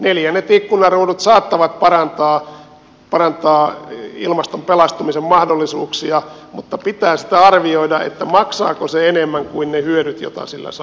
neljännet ikkunaruudut saattavat parantaa ilmaston pelastumisen mahdollisuuksia mutta pitää sitä arvioida maksaako se enemmän kuin ne hyödyt mitä sillä saavutetaan